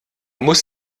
muss